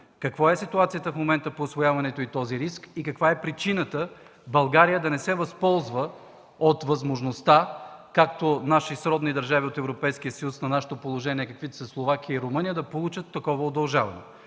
каква е ситуацията в момента по усвояването и този риск, и каква е причината България да не се възползва от възможността, както наши сродни държави от Европейския съюз на нашето положение, каквито са Словакия и Румъния, да получи такова удължаване.